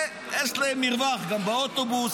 יש להם מרווח גם באוטובוס,